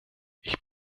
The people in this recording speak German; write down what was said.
ich